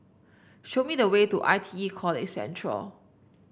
show me the way to I T E College Central